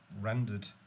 rendered